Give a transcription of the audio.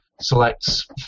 selects